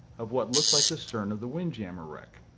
of what looked like the stern of the windjammer wreck.